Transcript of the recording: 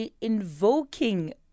invoking